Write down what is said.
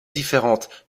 différentes